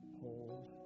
hold